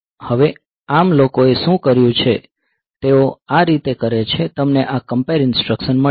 હવે ARM લોકો એ શું કર્યું છે કે તેઓ આ રીતે કરે છે તમને આ કંપેર ઇન્સટ્રકશન મળી છે